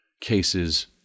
cases